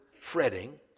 fretting